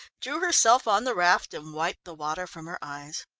drew herself on the raft and wiped the water from her eyes.